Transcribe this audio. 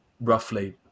roughly